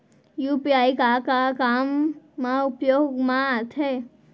UPI का का काम मा उपयोग मा आथे?